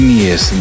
years